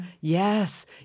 Yes